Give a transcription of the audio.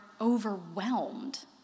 overwhelmed